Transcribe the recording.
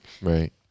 right